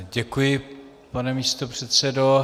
Děkuji, pane místopředsedo.